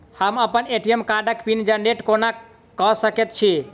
हम अप्पन ए.टी.एम कार्डक पिन जेनरेट कोना कऽ सकैत छी?